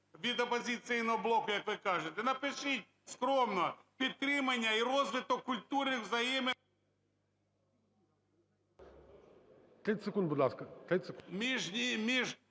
від "Опозиційного блоку", як ви кажете. Напишіть скромно: підтримання і розвиток культури… ГОЛОВУЮЧИЙ. 30 секунд, будь ласка.